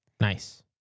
nice